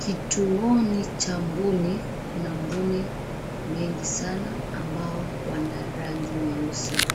Kituoni cha mbuni kuna mbuni wengi sana ambao wana rangi nyeusi.